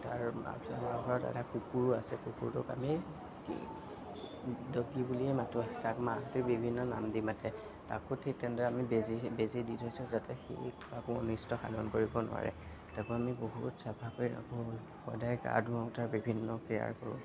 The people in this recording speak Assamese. তাৰ এটা কুকুৰো আছে কুকুৰটোক আমি ডগী বুলিয়েই মাতো তাক মাহঁতে বিভিন্ন নাম দি মাতে তাকো ঠিক তেনেদৰে আমি বেজী বেজী দি থৈছোঁ যাতে সি কাকো অনিষ্ট সাধন কৰিব নোৱাৰে তাকো আমি বহুত চাফাকৈ ৰাখো সদায় গা ধুৱাওঁ তাৰ বিভিন্ন কেয়াৰ কৰোঁ